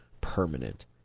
permanent